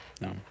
No